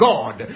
God